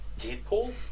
Deadpool